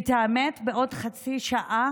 האמת, בעוד חצי שעה